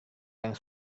yang